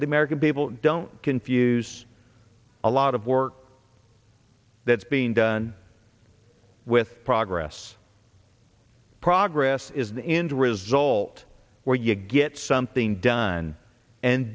the american people don't confuse a lot of work that's being done with progress progress is the end result where you get something done and